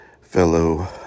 fellow